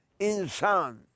insan